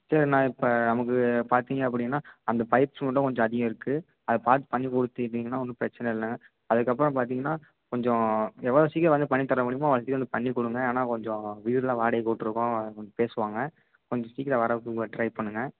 சரி நான் இப்போ நமக்கு பார்த்திங்க அப்படின்னா அந்த பைப்ஸ் மட்டும் கொஞ்சம் அதிகம் இருக்குது அதை பார்த்து பண்ணி கொடுத்துட்டிங்கன்னா ஒன்றும் பிரச்சனை இல்லை அதுக்கப்புறம் பார்த்திங்கன்னா கொஞ்சம் எவ்வளோ சீக்கிரம் வந்து பண்ணித்தர முடியுமோ அவ்வளோ சீக்கிரம் வந்து பண்ணிக்கொடுங்க ஏன்னா கொஞ்சம் வீடுலாம் வாடகைக்கு விட்ருக்கோம் பேசுவாங்க கொஞ்சம் சீக்கிரம் வர்றதுக்கு ட்ரை பண்ணுங்கள்